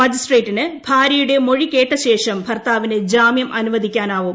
മജിസ്ട്രേറ്റിന് ഭാര്യയുടെ മൊഴി കേട്ട ശേഷം ഭർത്താവിന് ജാമ്യം അനുവദിക്കാനാവും